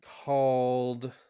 called